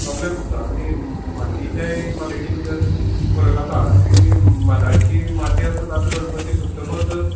problems जाता आनी मातीयेंच्याय कोलिटी भितर फरक आसात ती म्हादाळची माती आसा ताजो गणपती सुक्तगच